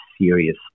serious